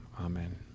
Amen